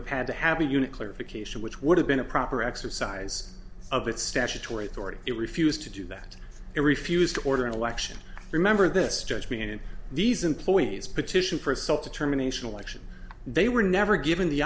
have had to have a unique clarification which would have been a proper exercise of its statutory authority it refused to do that it refused to order an election remember this judge me and these employees petition for itself to terminations election they were never given the